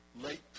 late